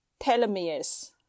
telomeres